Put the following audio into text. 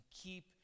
keep